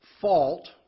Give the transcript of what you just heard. fault